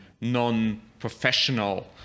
non-professional